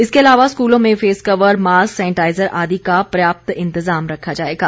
इसके अलावा स्कूलों में फेस कवर मास्क सेनेटाइजर आदि का पर्याप्त इंतजाम रखा जाएगा